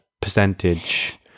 percentage